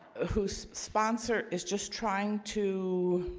ah whose sponsor is just trying to?